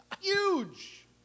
huge